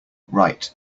right